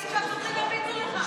ולהגיד שהשוטרים הרביצו לך.